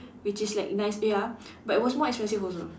which is like nice ya but it was more expensive also